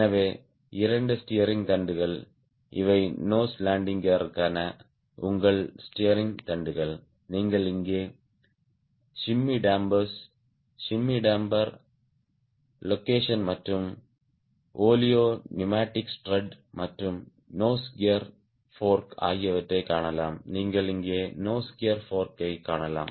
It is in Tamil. எனவே இரண்டு ஸ்டீயரிங் தண்டுகள் இவை நோஸ் லேண்டிங் கியருக்கான உங்கள் ஸ்டீயரிங் தண்டுகள் நீங்கள் இங்கே shimmy damper shimmy damper location மற்றும் ஓலியோ நியூமேடிக் ஸ்ட்ரட் மற்றும் நோஸ் கியர் ஃபோர்க் ஆகியவற்றைக் காணலாம் நீங்கள் இங்கே நோஸ் கியர் ஃபோர்க்கைக் காணலாம்